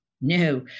no